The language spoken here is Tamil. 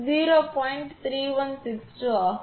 3162 ஆகும்